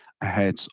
ahead